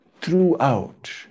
throughout